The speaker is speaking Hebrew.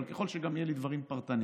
אבל ככל שגם יהיו לי דברים פרטניים,